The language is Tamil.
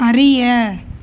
அறிய